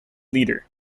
leader